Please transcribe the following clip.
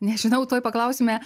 nežinau tuoj paklausime